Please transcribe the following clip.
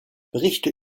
berichte